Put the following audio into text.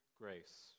grace